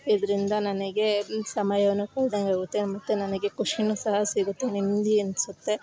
ಇದ್ರಿಂದ ನನಗೇ ಸಮಯವನ್ನು ಕಳ್ದಂಗೆ ಆಗುತ್ತೆ ಮತ್ತು ನನಗೆ ಖುಷಿ ಸಹ ಸಿಗುತ್ತೆ ನೆಮ್ಮದಿ ಅನಿಸುತ್ತೆ